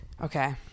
Okay